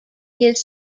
his